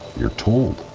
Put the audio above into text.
you're told.